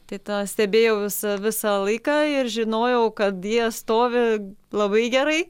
tai tą stebėjau visą visą laiką ir žinojau kad jie stovi labai gerai